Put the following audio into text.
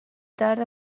درد